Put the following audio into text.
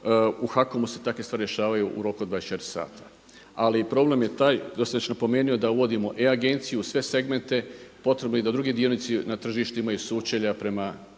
U HAKOM-u se takve stvari rješavaju u roku od 24 sata. Ali problem je taj to sam već napomenuo da uvodimo e-agenciju u sve segmente. Potrebno je da i drugi dionici na tržištu imaju sučelja prema